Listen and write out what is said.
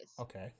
Okay